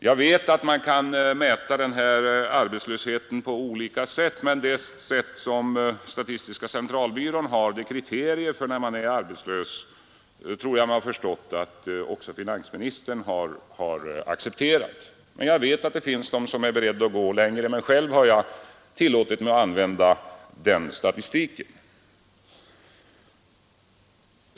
Jag vet att man kan mäta arbetslösheten på olika sätt, men jag tror mig ha förstått att de kriterier för när någon skall räknas som arbetslös som statistiska centralbyrån har uppställt har också finansministern accepterat. Jag vet att det finns de som är beredda att gå längre, men själv har jag använt den statistiken.